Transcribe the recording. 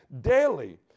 daily